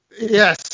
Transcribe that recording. Yes